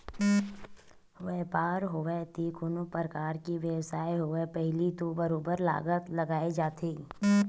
बइपार होवय ते कोनो परकार के बेवसाय होवय पहिली तो बरोबर लागत लगाए जाथे